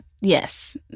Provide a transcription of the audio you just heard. Yes